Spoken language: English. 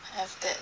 have that